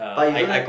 but you don't